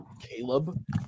Caleb